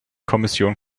kommission